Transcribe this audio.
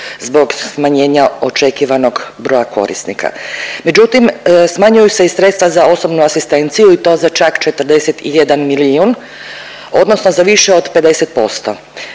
zbog smanjenja očekivanog broja korisnika. Međutim, smanjuju se i sredstva za osobnu asistenciju i to za čak 41 milijun odnosno za više od 50%.